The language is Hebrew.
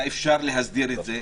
היה אפשר להסדיר את זה.